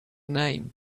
name